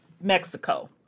Mexico